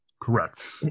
correct